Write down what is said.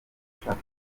ushaka